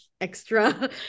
extra